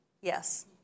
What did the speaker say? Yes